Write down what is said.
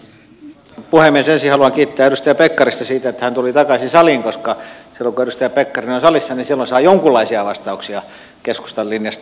ensin haluan kiittää edustaja pekkarista siitä että hän tuli takaisin saliin koska silloin kun edustaja pekkarinen on salissa silloin saa jonkunlaisia vastauksia keskustan linjasta